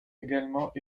également